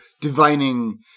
divining